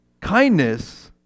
Kindness